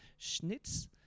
Schnitz